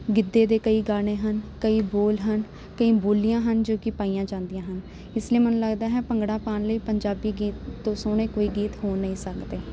ਗਿੱਧੇ ਦੇ ਕਈ ਗਾਣੇ ਹਨ ਕਈ ਬੋਲ ਹਨ ਕਈ ਬੋਲੀਆਂ ਹਨ ਜੋ ਕਿ ਪਾਈਆਂ ਜਾਂਦੀਆਂ ਹਨ ਇਸ ਲਈ ਮੈਨੂੰ ਲੱਗਦਾ ਹੈ ਭੰਗੜਾ ਪਾਉਣ ਲਈ ਪੰਜਾਬੀ ਗੀਤ ਤੋਂ ਸੋਹਣੇ ਕੋਈ ਗੀਤ ਹੋ ਨਹੀਂ ਸਕਦੇ